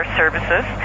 services